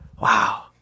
Wow